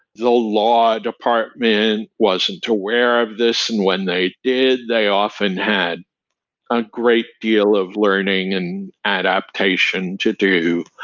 the law department wasn't aware of this, and when they did, they often had a great deal of learning and adaptation to do.